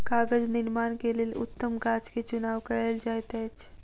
कागज़ निर्माण के लेल उत्तम गाछ के चुनाव कयल जाइत अछि